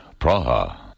Praha